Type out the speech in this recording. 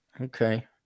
Okay